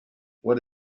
what